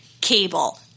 cable